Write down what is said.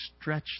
stretch